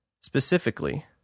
specifically